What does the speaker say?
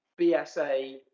BSA